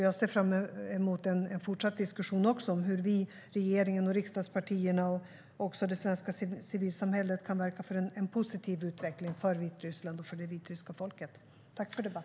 Jag ser fram emot en fortsatt diskussion om hur regeringen, riksdagspartierna och det svenska civilsamhället kan verka för en positiv utveckling för Vitryssland och det vitryska folket.